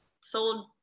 sold